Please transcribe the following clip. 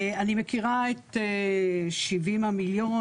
אני מכירה את 70 המיליון,